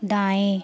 दाएँ